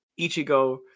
Ichigo